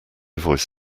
voice